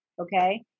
okay